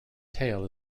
tail